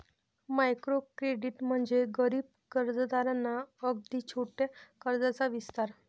micro credit म्हणजे गरीब कर्जदारांना अगदी छोट्या कर्जाचा विस्तार